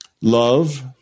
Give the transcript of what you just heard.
love